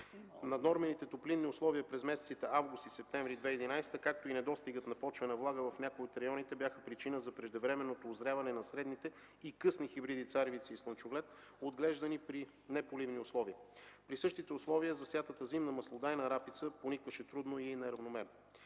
Наднормените топлинни условия през месеците август и септември 2011 г., както и недостигът на почвена влага в някои от районите бяха причина за преждевременното узряване на средните и късни хибриди царевица и слънчоглед, отглеждани при неполивни условия. При същите условия засятата зимна маслодайна рапица поникваше трудно и неравномерно.